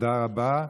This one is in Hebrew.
תודה רבה.